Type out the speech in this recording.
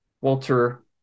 Walter